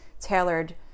tailored